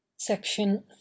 Section